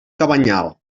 cabanyal